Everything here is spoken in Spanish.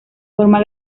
forma